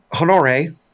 Honore